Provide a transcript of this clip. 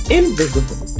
invisible